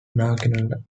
nacional